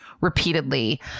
repeatedly